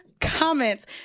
comments